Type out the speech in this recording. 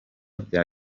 bya